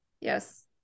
yes